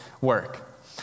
work